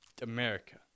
America